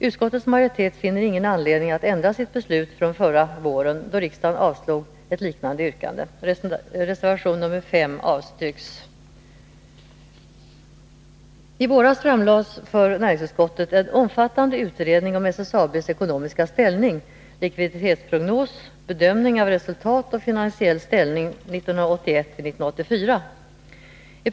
Utskottets majoritet finner ingen anledning att ändra sitt beslut från förra våren då riksdagen avslog ett liknande yrkande. Reservation nr 3 avstyrks. I våras framlades för näringsutskottet en omfattande utredning om SSAB:s ekonomiska ställning, likviditetsprognos, bedömning av resultat och finansiell ställning 1981-1984.